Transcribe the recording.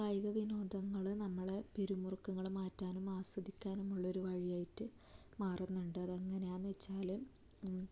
കായിക വിനോദങ്ങൾ നമ്മളെ പിരിമുറുക്കങ്ങൾ മാറ്റാനും ആസ്വദിക്കാനുമുള്ള ഒരു വഴിയായിട്ട് മാറുന്നുണ്ട് അതെങ്ങനെയാണെന്ന് വെച്ചാൽ